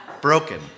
broken